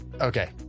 Okay